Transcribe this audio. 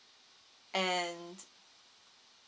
and